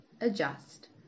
adjust